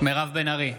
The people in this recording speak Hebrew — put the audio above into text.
מירב בן ארי,